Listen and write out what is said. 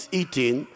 eating